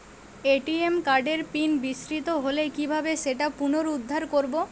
ATM কার্ডের PIN বিস্মৃত হলে কীভাবে সেটা পুনরূদ্ধার করব?